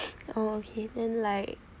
okay then like